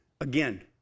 Again